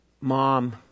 mom